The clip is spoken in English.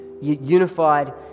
unified